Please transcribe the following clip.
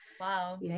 Wow